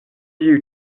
you